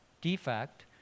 defect